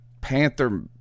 Panther